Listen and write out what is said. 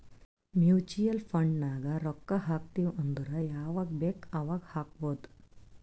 mutual fund ನಾಗ್ ರೊಕ್ಕಾ ಹಾಕ್ತಿವ್ ಅಂದುರ್ ಯವಾಗ್ ಬೇಕ್ ಅವಾಗ್ ಹಾಕ್ಬೊದ್